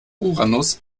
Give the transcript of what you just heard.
uranus